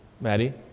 Maddie